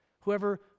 Whoever